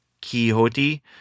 quixote